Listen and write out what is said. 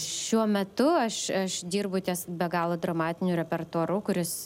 šiuo metu aš aš dirbu ties be galo dramatiniu repertuaru kuris